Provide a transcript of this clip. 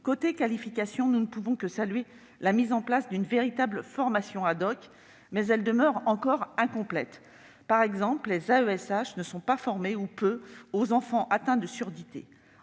la qualification, nous ne pouvons que saluer la mise en place d'une véritable formation, mais celle-ci demeure incomplète. Par exemple, les AESH ne sont pas formés, ou peu, aux enfants atteints de surdité.